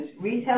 retail